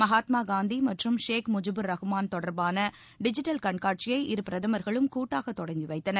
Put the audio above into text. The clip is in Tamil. மகாத்மா காந்தி மற்றும் ஷேக் முஜிபூர் ரகுமாள் தொடர்பான டிஜிட்டல் கண்காட்சியை இரு பிரதமர்களும் கூட்டாக தொடங்கி வைத்தனர்